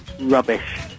Rubbish